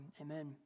amen